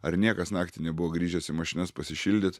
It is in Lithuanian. ar niekas naktį nebuvo grįžęs į mašinas pasišildyt